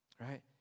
Right